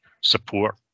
support